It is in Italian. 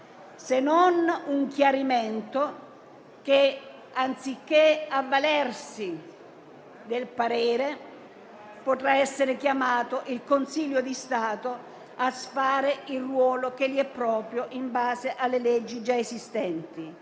se non un chiarimento che, anziché avvalersi del suo parere, si potrà chiamare il Consiglio di Stato a svolgere il ruolo che gli è proprio, in base alle leggi già esistenti.